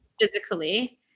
physically